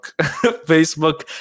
Facebook